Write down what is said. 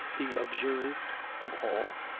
the observed of all,